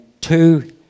two